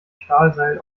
stahlseil